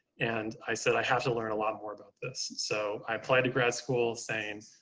and i said, i have to learn a lot more about this. so i applied to grad school saying,